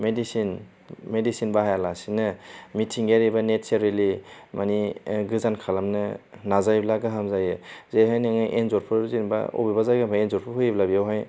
medicine medicine बाहाया लासिनो मिथिंगायारि बा नेसारेलि मानि गोजान खालामनो नाजायोब्ला गाहाम जायो जेरैहाय नोङो एन्जरफोर जेनबा अबेबा जायगानिफ्राय एन्जरफोर फैयोब्ला बेयावहाय